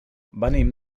venim